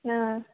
ಹಾಂ